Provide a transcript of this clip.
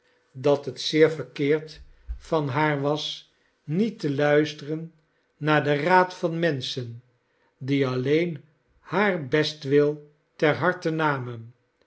dat het zeer verkeerd van haar was niet te luisteren naar den raad van menschen die alleen haar bestwil ter harte namen